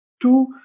Two